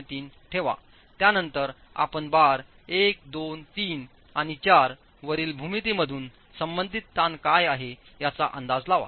003 ठेवात्यानंतर आपण बार 1 2 3 आणि 4 वरील भूमितीमधून संबंधित ताण काय आहे याचा अंदाज लावाल